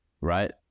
right